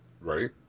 Right